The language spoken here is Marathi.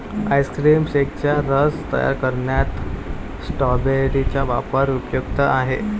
आईस्क्रीम शेकचा रस तयार करण्यात स्ट्रॉबेरी चा वापर उपयुक्त आहे